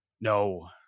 No